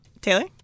Taylor